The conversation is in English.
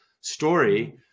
story